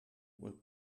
will